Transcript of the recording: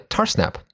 Tarsnap